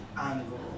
angle